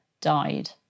died